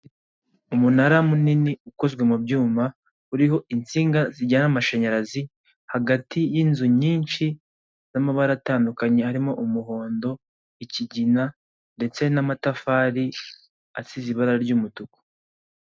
Umunara munini ukozwe mu byuma uriho insinga zijyana amashanyarazi hagati y'inzu nyinshi ya mabara atandukanye harimo umuhondo, ikigina ndetse n'amatafari asize ibara ry'umutuku.